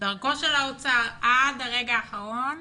דרכו של האוצר, עד לרגע האחרון,